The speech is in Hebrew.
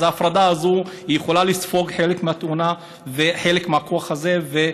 אז ההפרדה הזאת יכולה לספוג חלק מהתאונה וחלק מהכוח הזה,